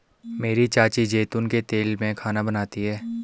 मेरी चाची जैतून के तेल में खाना बनाती है